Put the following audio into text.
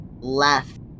left